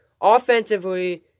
offensively